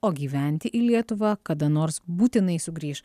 o gyventi į lietuvą kada nors būtinai sugrįš